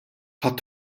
tat